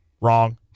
Wrong